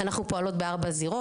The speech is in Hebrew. אנחנו פועלות בארבע זירות,